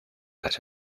las